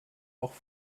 auch